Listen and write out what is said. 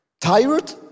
Tired